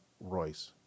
Royce